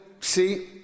See